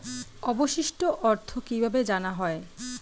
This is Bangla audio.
অবশিষ্ট অর্থ কিভাবে জানা হয়?